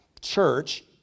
church